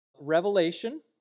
Revelation